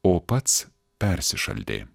o pats persišaldė